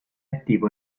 attivo